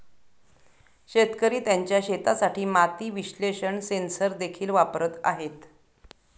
शेतकरी त्यांच्या शेतासाठी माती विश्लेषण सेन्सर देखील वापरत आहेत